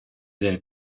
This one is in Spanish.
del